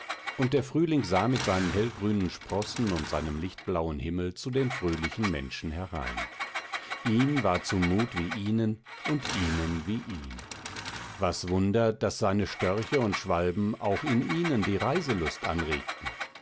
und der frühling sah mit seinen hellgrünen sprossen und seinem lichtblauen himmel zu den fröhlichen menschen herein ihm war zumut wie ihnen und ihnen wie ihm was wunder daß seine störche und schwalben auch in ihnen die reiselust anregten